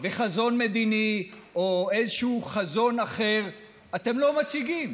וחזון מדיני או איזשהו חזון אחר אתם לא מציגים,